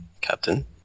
Captain